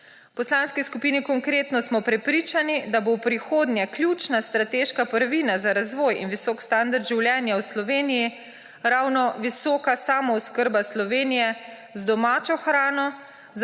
Poslanski skupini Konkretno smo prepričani, da bo v prihodnje ključna strateška prvina za razvoj in visok standard življenja v Sloveniji ravno visoka samooskrba Slovenije z domačo hrano,